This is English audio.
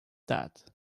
that